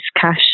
cash